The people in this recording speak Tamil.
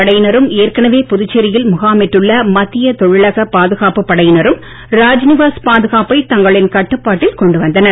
படையினரும் ஏற்கனவே புதுச்சேரியில் முகாமிட்டுள்ள மத்திய தொழிலக பாதுகாப்பு படையினரும் ராஜ்நிவாஸ் பாதுகாப்பை தங்களின் கட்டுப்பாட்டில் கொண்டுவந்தனர்